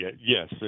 Yes